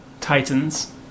Titans